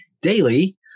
daily